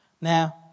Now